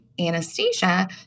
anesthesia